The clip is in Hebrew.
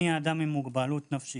אני אדם עם מוגבלות נפשית,